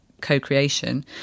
co-creation